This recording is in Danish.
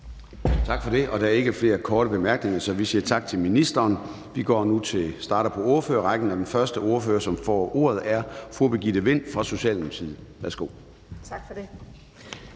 Tak for det. Der er ikke flere korte bemærkninger, så vi siger tak til ministeren. Vi starter nu på ordførerrækken, og den første ordfører, som får ordet, er fru Birgitte Vind fra Socialdemokratiet. Værsgo. Kl.